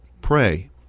pray